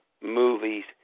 movies